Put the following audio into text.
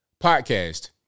podcast